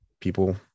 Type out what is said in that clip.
people